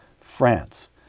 France